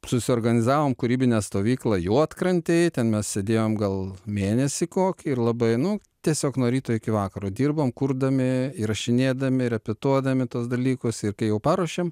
susiorganizavom kūrybinę stovyklą juodkrantėj ten mes sėdėjom gal mėnesį kokį ir labai nu tiesiog nuo ryto iki vakaro dirbom kurdami įrašinėdami repetuodami tuos dalykus ir kai jau paruošėm